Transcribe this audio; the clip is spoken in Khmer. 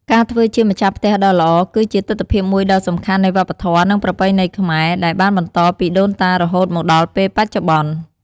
ការធ្វើជាម្ចាស់ផ្ទះដ៏ល្អ គឺជាទិដ្ឋភាពមួយដ៏សំខាន់នៃវប្បធម៌ និងប្រពៃណីខ្មែរ ដែលបានបន្តពីដូនតារហូតមកដល់ពេលបច្ចុប្បន្ន។